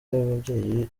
y’ababyeyi